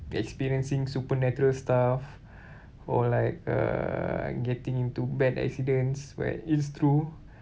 experiencing supernatural stuff or like uh getting into bad accidents where it's true